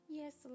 yes